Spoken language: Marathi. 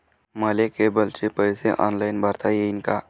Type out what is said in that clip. मले केबलचे पैसे ऑनलाईन भरता येईन का?